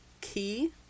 key